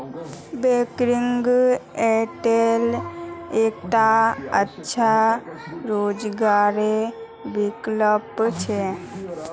banking agent एकता अच्छा रोजगारेर विकल्प छिके